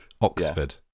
Oxford